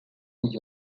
gorge